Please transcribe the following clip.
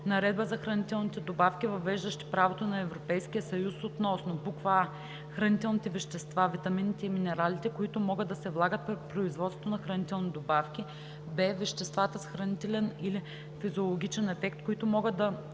наредба за хранителните добавки, въвеждаща правото на Европейския съюз относно: а) хранителните вещества (витамините и минералите), които могат да се влагат при производството на хранителни добавки; б) веществата с хранителен или физиологичен ефект, които могат да